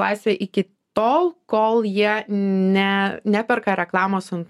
laisvę iki tol kol jie ne neperka reklamos ant